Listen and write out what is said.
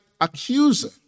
accuser